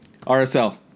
RSL